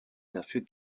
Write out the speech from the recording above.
dafür